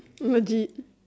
legit